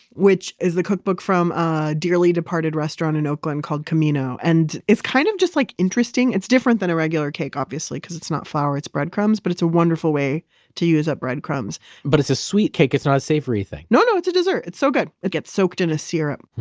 which is a cookbook from a dearly departed restaurant in oakland called camino. and it's kind of just like interesting. it's different than a regular cake, obviously because it's not flour, it's breadcrumbs, but it's a wonderful way to use up breadcrumbs but it's a sweet cake. it's not a savory thing no, no. it's a dessert. it's so good. it gets soaked in a syrup.